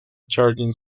charging